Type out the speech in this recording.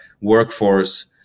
workforce